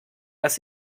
dass